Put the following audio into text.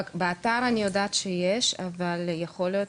באתר אני יודעת שיש, אבל יכול להיות